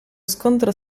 scontro